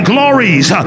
Glories